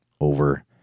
over